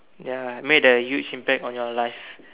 ya made a huge impact on your life